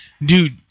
dude